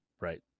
right